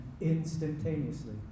instantaneously